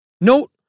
Note